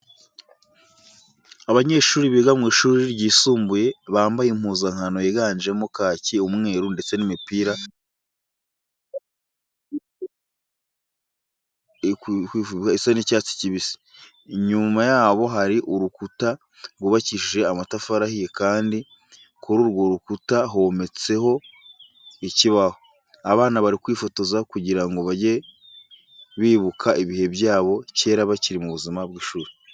Abanyeshuri biga mu ishuri ryisumbuye, bambaye impuzankano yiganjemo kaki, umweru ndetse n'imipira yo kwifubika isa n'icyatsi kibisi. Inyuma yabo hari urukuta rwubakishije amatafari ahiye kandi kuri urwo rukuta hometse ho ikibaho. Abana bari kwifotoza kugira ngo bajye bibuka ibihe byabo cyera bakiri mu buzima bw'ishuri.